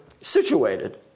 situated